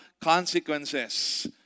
consequences